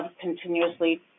continuously